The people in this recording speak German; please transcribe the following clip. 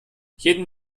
jeden